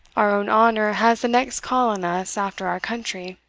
our own honour has the next call on us after our country